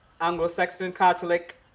Anglo-Saxon-Catholic